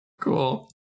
cool